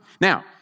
Now